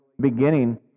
beginning